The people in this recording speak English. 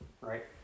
right